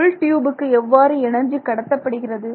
உள் டியூபுக்கு எவ்வாறு எனர்ஜி கடத்தப்படுகிறது